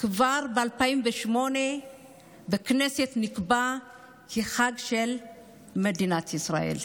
כבר ב-2008 החג נקבע בכנסת כחג של מדינת ישראל.